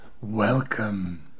welcome